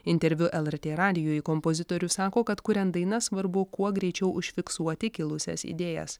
interviu lrt radijui kompozitorius sako kad kuriant dainas svarbu kuo greičiau užfiksuoti kilusias idėjas